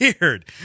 weird